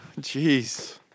Jeez